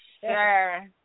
Sure